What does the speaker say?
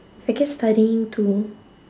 I guess studying too